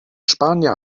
spanier